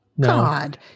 God